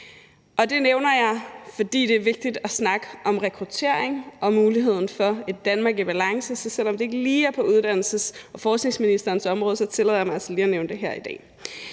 det nævner jeg, fordi det er vigtigt at snakke om rekruttering og muligheden for et Danmark i balance, så selv om det ikke lige er på uddannelses- og forskningsministerens område, så tillader jeg mig altså lige at nævne det her i dag.